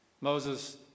Moses